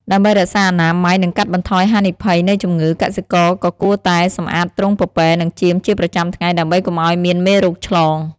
ដើម្បីរក្សាអនាម័យនិងកាត់បន្ថយហានិភ័យនៃជំងឺ កសិករក៏គួរតែសម្អាតទ្រុងពពែនិងចៀមជាប្រចាំថ្ងៃដើម្បីកុំឲ្យមានមេរោគឆ្លង។